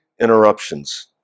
interruptions